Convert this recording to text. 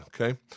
okay